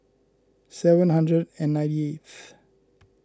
seven hundred and ninety eighth